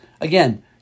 again